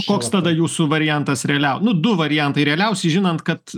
koks tada jūsų variantas realiau nu du variantai realiausi žinant kad